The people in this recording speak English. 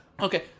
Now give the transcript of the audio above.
Okay